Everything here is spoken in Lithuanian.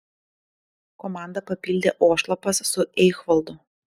komandą papildė ošlapas su eichvaldu